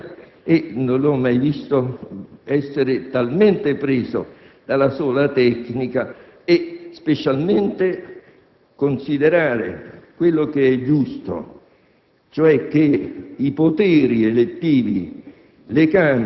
Ezio Vanoni guardare dall'alto la politica e non l'ho mai visto essere talmente preso dalla sola tecnica e specialmente non considerare quello che è giusto,